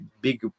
big